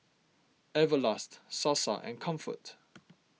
Everlast Sasa and Comfort